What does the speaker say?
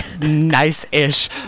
nice-ish